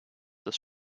das